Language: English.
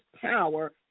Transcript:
power